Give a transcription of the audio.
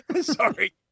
Sorry